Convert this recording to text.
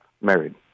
married